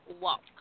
walk